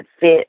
fit